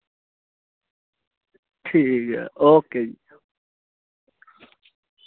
ठीक ऐ ओके जी